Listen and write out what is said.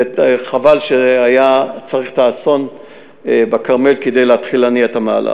חבל שהיה צריך את האסון בכרמל כדי להתחיל להניע את המהלך.